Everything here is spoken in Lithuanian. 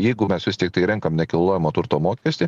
jeigu mes vis tiktai renkam nekilnojamo turto mokestį